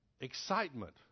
Excitement